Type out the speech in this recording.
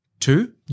two